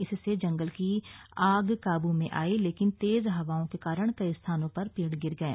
इससे जंगल की आग काबू में आयी लेकिन तेज हवाओं के कारण कई स्थानों पर पेड़ गिर गए